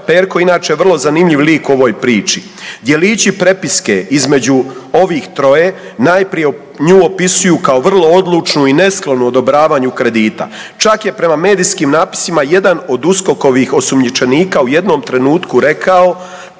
Perko je inače vrlo zanimljiv lik u ovoj priči. Djelići prepiske između ovih troje najprije nju opisuju kao vrlo odlučnu i nesklonu odobravanju kredita. Čak je prema medijskim napisima jedan od USKOK-ovih osumnjičenika u jednom trenutku rekao